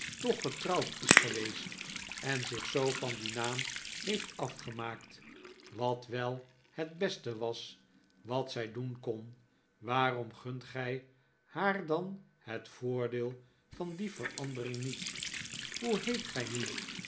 toch getrouwd is geweest en zich zoo van dien naam heeft afgemaakt wat wel het beste was wat zij doen kon waarom gunt gij haar dan het voordeel van die verandering niet hoe lieet gij nu